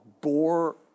bore